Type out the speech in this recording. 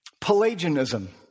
Pelagianism